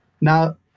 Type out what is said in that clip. now